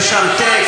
יש שם תה,